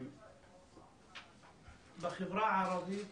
בחברה הערבית